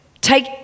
take